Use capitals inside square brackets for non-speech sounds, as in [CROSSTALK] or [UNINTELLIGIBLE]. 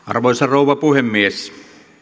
[UNINTELLIGIBLE] arvoisa rouva puhemies